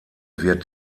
wird